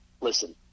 listen